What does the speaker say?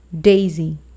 Daisy